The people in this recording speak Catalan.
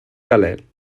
calent